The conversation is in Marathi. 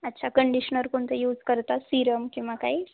अच्छा कंडिशनर कोणतं यूज करता सीरम किंवा काही